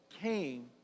came